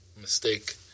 mistake